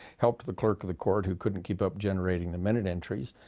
helped the clerk of the court who couldn't keep up generating the minute entries.